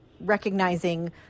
recognizing